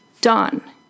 done